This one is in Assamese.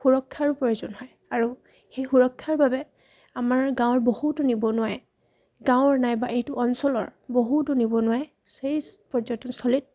সুৰক্ষাৰো প্ৰয়োজন হয় আৰু সেই সুৰক্ষাৰ বাবে আমাৰ গাঁৱৰ বহুতো নিবনুৱাই গাঁৱৰ নাইবা এই অঞ্চলৰ বহুতো নিবনুৱাই সেই পৰ্যটনস্থলীত